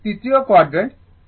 এটি তৃতীয় কোয়াডর্যান্ট